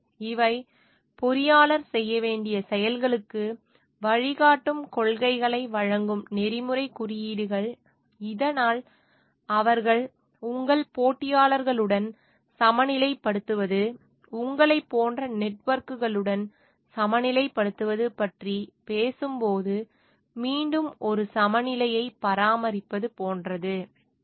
எனவே இவை பொறியாளர் செய்ய வேண்டிய செயல்களுக்கு வழிகாட்டும் கொள்கைகளை வழங்கும் நெறிமுறைக் குறியீடுகள் இதனால் அவர்கள் உங்கள் போட்டியாளர்களுடன் சமநிலைப்படுத்துவது உங்களைப் போன்ற நெட்வொர்க்குகளுடன் சமநிலைப்படுத்துவது பற்றி பேசும்போது மீண்டும் ஒரு சமநிலையை பராமரிப்பது போன்றது